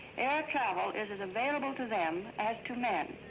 air travel is as available to them as to men.